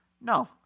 No